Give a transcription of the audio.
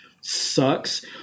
Sucks